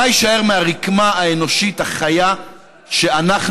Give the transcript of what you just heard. מה יישאר מהרקמה האנושית החיה שלנו